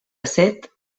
set